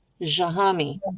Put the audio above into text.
Jahami